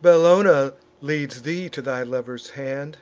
bellona leads thee to thy lover's hand